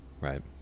right